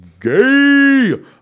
Gay